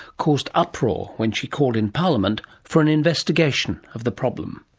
caused uproar when she called in parliament for an investigation of the problem.